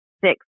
six